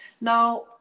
Now